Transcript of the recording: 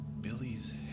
Billy's